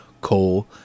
coal